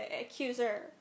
accuser